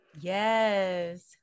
Yes